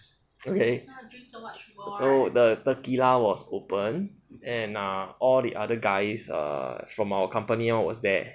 okay so the tequila was open and ah all the other guys err from our company [one] was there